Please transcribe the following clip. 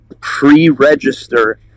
pre-register